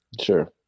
Sure